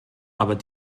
aber